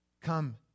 come